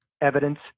evidence